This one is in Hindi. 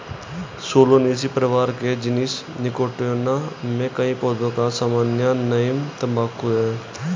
सोलानेसी परिवार के जीनस निकोटियाना में कई पौधों का सामान्य नाम तंबाकू है